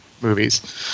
movies